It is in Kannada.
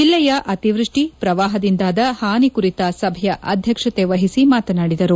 ಜಿಲ್ಲೆಯ ಅತಿವೃಷ್ಟಿ ಪ್ರವಾಹದಿಂದಾದ ಹಾನಿ ಕುರಿತ ಸಭೆಯ ಅಧ್ಯಕ್ಷತೆ ವಹಿಸಿ ಮಾತನಾಡಿದರು